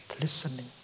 listening